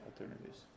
alternatives